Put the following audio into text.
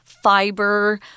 Fiber